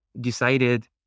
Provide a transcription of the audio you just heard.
decided